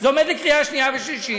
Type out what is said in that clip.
זה עומד לקריאה שנייה ושלישית,